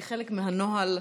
כחלק מהנוהל,